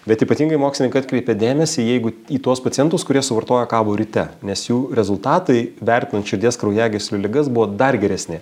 bet ypatingai mokslininkai atkreipia dėmesį jeigu į tuos pacientus kurie suvartojo kavo ryte nes jų rezultatai vertinant širdies kraujagyslių ligas buvo dar geresni